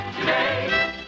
today